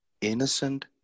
innocent